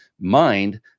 mind